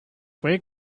week